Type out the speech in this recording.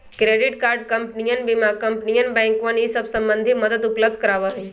credit card कंपनियन बीमा कंपनियन बैंकवन ई सब संबंधी मदद उपलब्ध करवावा हई